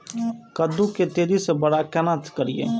कद्दू के तेजी से बड़ा केना करिए?